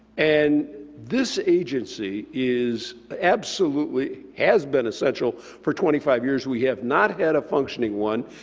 and this agency is absolutely, has been essential for twenty five years. we have not had a functioning one.